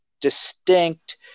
distinct